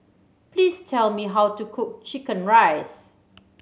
please tell me how to cook chicken rice